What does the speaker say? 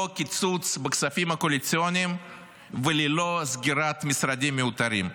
קיצוץ בכספים הקואליציוניים וללא סגירת משרדים מיותרים.